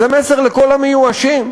זה מסר לכל המיואשים,